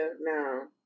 no